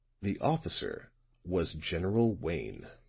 the officer was general wayne!